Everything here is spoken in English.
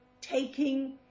taking –